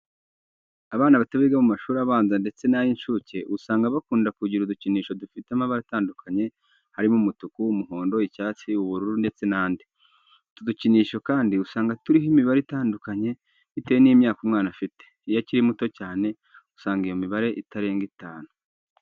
Abana bato biga mu mashuri abanza ndetse n'ay'incuke, usanga bakunda kugira udukinisho dufite amabara atandukanye, harimo umutuku, umuhondo, icyatsi, ubururu, ndetse n'andi. Utu dukinisho kandi usanga turiho imibare itandukanye bitewe n'imyaka umwana afite. Iyo akiri muto cyane usanga iyo mibare itarenga itanu.